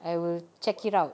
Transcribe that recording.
I will check it out